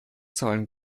zahlen